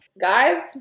Guys